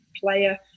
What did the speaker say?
player